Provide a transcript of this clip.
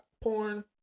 porn